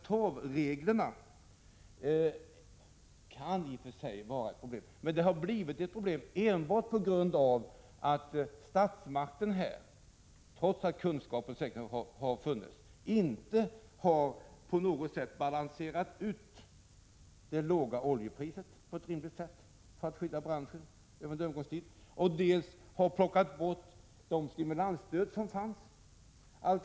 Torvreglerna kan i och för sig vara ett problem, men de har blivit ett problem enbart på grund av att statsmakten — trots att kunskap säkerligen har funnits — inte på något sätt har balanserat det låga oljepriset på ett rimligt sätt för att skydda branschen under en övergångstid. Dessutom har det stimulansstöd som fanns plockats bort.